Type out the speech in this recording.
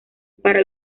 para